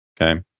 Okay